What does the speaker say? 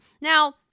Now